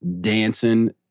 dancing